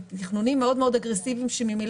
בתכנונים מאוד מאוד אגרסיביים שממילא